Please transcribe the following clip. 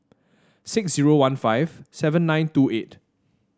six zero one five seven nine two eight